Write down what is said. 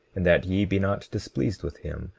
and that ye be not displeased with him,